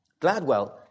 Gladwell